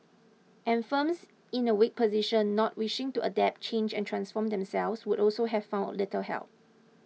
and firms in a weak position not wishing to adapt change and transform themselves would also have found little help